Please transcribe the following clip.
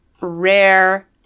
rare